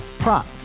Prop